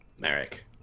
Merrick